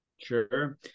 Sure